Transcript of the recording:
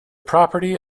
property